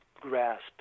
grasp